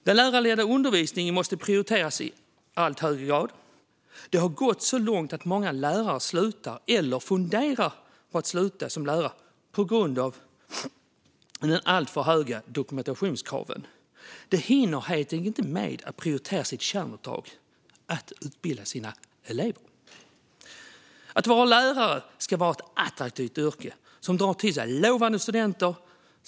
Den lärarledda undervisningen måste prioriteras i högre grad. Det har gått så långt att många lärare slutar, eller funderar på att sluta, som lärare på grund av de alltför höga dokumentationskraven. De hinner helt enkelt inte med att prioritera sitt kärnuppdrag: att utbilda sina elever. Att vara lärare ska vara att inneha ett attraktivt yrke som drar till sig lovande studenter.